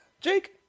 Jake